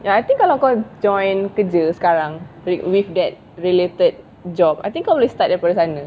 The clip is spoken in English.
ya I think kalau kau join kerja sekarang with that related job I think kau boleh start dari sana